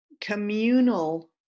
communal